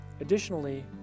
Additionally